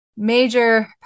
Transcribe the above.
Major